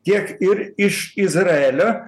tiek ir iš izraelio